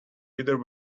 either